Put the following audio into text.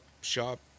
shop